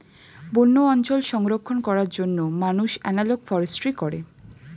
বন্য অঞ্চল সংরক্ষণ করার জন্য মানুষ এনালগ ফরেস্ট্রি করে